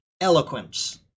eloquence